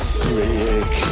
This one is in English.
slick